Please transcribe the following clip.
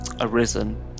arisen